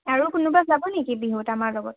আৰু কোনোবা যাব নেকি বিহুত আমাৰ লগত